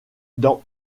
dans